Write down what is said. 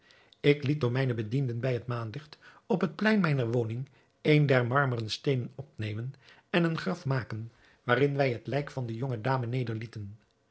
ik liet door mijne bedienden bij het maanlicht op het plein mijner woning een der marmeren steenen opnemen en een graf maken waarin wij het lijk van de jonge dame